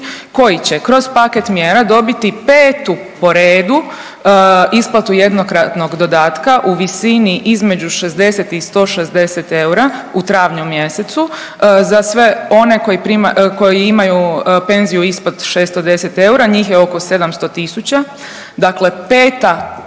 koji će kroz paket mjera dobiti petu po redu isplatu jednokratnog dodatka u visini između 60 i 160 eura u travnju mjesecu. Za sve one koji primaju, koji imaju penziju ispod 610 eura, njih je oko 700 tisuća. Dakle, peta